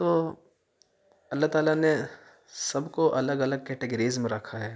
تو اللہ تعالیٰ نے سب کو الگ الگ کیٹیگریز میں رکھا ہے